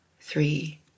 three